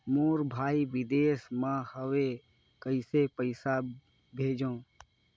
मोर भाई विदेश मे हवे कइसे पईसा भेजो?